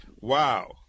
Wow